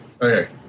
Okay